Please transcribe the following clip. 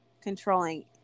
controlling